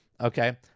okay